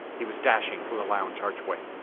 he was dashing for the lounge archway.